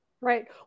right